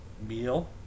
Meal